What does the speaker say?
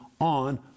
on